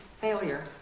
failure